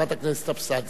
חברת הכנסת אבסדזה.